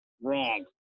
wrong